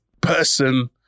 person